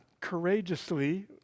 courageously